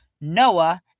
Noah